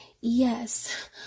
yes